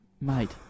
Mate